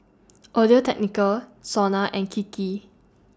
Audio Technica Sona and Kiki